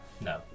no